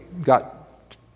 got